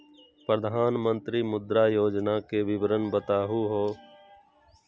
प्रधानमंत्री मुद्रा योजना के विवरण बताहु हो?